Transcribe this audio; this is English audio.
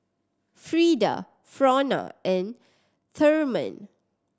Freeda Frona and Therman